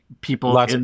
people